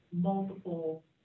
multiple